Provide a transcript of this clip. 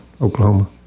oklahoma